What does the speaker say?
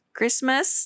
Christmas